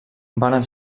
varen